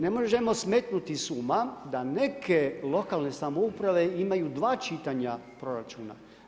Ne možemo smetnuti s uma, da neke lokalne samouprave imaju 2 čitanja proračuna.